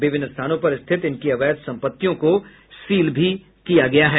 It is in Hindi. विभिन्न स्थानों पर रिथित इनकी अवैध संपत्तियों को सील भी किया गया है